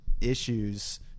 issues